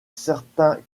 certains